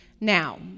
Now